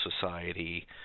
society